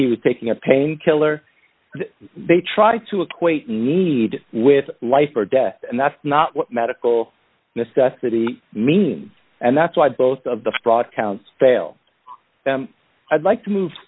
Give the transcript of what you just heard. he was taking a painkiller they try to equate need with life or death and that's not what medical necessity means and that's why both of the fraud counts fail i'd like to move